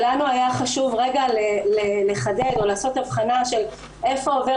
לנו היה חשוב רגע לחדד או לעשות הבחנה של איפה עובר